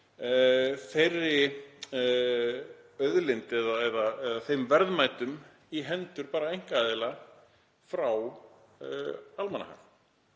þeirri auðlind eða þeim verðmætum í hendur einkaaðila, frá almannahag.